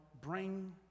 bring